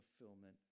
fulfillment